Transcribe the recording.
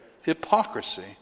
Hypocrisy